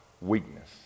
weakness